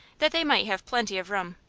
that they might have plenty of room.